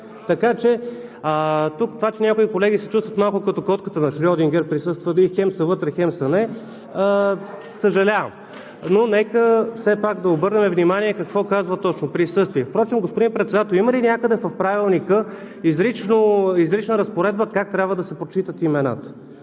Така че това, че някои колеги се чувстват присъствали малко като котката на Шрьодингер – хем са вътре, хем не са, съжалявам. Нека все пак да обърнем внимание какво казва точно „присъствие“. Впрочем, господин Председател, има ли някъде в Правилника изрична разпоредба как трябва да се прочитат имената,